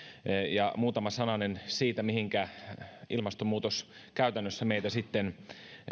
ja muutama sananen siitä mihinkä ilmastonmuutos käytännössä meitä sitten